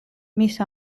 მის